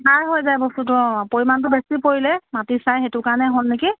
খাৰ হৈ যায় বস্তুটো অ পৰিমাণটো বেছি পৰিলে মাটি চাই সেইটো কাৰণে হ'ল নেকি